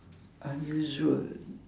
unusual